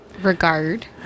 regard